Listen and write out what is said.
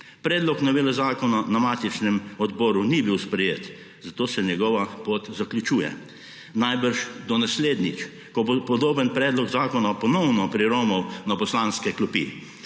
Predlog novele zakona na matičnem odboru ni bil sprejet, zato se njegova pot zaključuje. Najbrž do naslednjič, ko bo podoben predlog zakona ponovno priromal na poslanske klopi.